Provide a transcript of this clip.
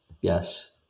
Yes